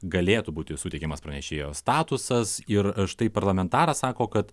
galėtų būti suteikiamas pranešėjo statusas ir štai parlamentaras sako kad